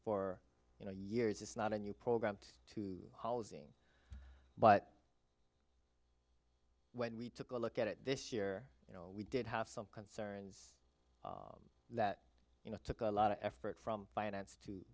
know years it's not a new program to housing but when we took a look at it this year you know we did have some concerns that you know took a lot of effort from finance to